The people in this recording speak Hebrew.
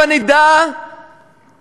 הבה נדע להקשיב.